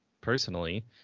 personally